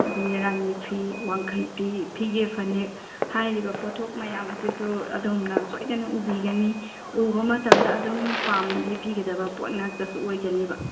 ꯑꯩꯈꯣꯏꯒꯤ ꯔꯥꯅꯤ ꯐꯤ ꯋꯥꯡꯈꯩ ꯐꯤ ꯐꯤꯒꯦ ꯐꯅꯦꯛ ꯍꯥꯏꯔꯤꯕ ꯄꯣꯠꯊꯣꯛ ꯃꯌꯥꯝ ꯑꯁꯤꯁꯨ ꯑꯗꯣꯝꯅ ꯁꯣꯏꯗꯅ ꯎꯕꯤꯒꯅꯤ ꯎꯕ ꯃꯇꯝꯗ ꯑꯗꯨꯝ ꯄꯥꯝꯅ ꯂꯩꯕꯤꯒꯗꯕ ꯄꯣꯠ ꯉꯥꯛꯇꯁꯨ ꯑꯣꯏꯒꯅꯦꯕ